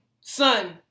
son